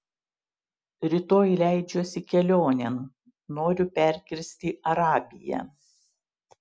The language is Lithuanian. rytoj leidžiuosi kelionėn noriu perkirsti arabiją